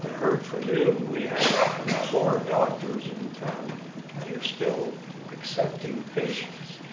heard from you, we have four doctors in town that are still accepting patients.